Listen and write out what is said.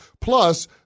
Plus